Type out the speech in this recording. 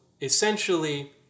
essentially